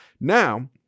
Now